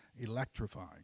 electrifying